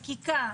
חקיקה,